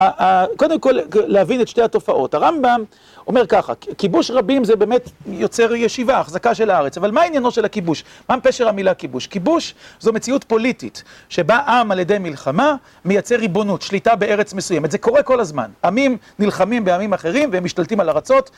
קודם כל, להבין את שתי התופעות. הרמב״ם אומר ככה, כיבוש רבים זה באמת יוצר ישיבה, החזקה של הארץ. אבל מה עניינו של הכיבוש? מהם פשר המילה כיבוש? כיבוש זו מציאות פוליטית, שבה עם על ידי מלחמה מייצר ריבונות, שליטה בארץ מסוימת. זה קורה כל הזמן. עמים נלחמים בעמים אחרים והם משתלטים על ארצות.